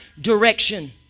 direction